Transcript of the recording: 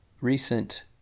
recent